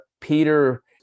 Peter